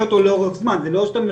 זה בדיוק התחום שלכם.